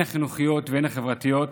הן החינוכיות והן החברתיות,